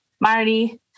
Marty